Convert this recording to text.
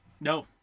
no